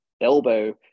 elbow